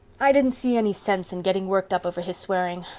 i didn't see any sense in getting worked up over his swearing.